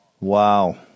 wow